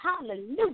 Hallelujah